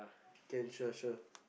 can sure sure